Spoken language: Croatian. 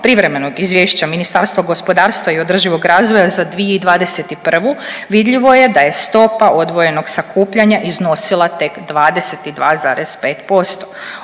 privremenog izvješća Ministarstva gospodarstva i održivog razvoja za 2021. vidljivo je da je stopa odvojenog sakupljanja iznosila tek 22,5%.